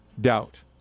doubt